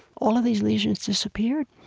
all these lesions disappeared,